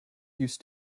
used